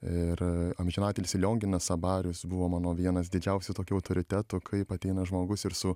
ir amžinatilsį lionginas abarius buvo mano vienas didžiausių tokių autoritetų kaip ateina žmogus ir su